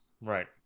Right